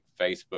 Facebook